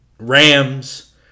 rams